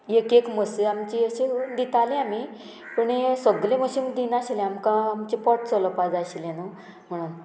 एक एक म्हस आमची अशें दिताली आमी पूण सगले म्हशी दिनाशिल्ले आमकां आमचे पोट चलोवपा जाय आशिल्लें न्हू म्हणोन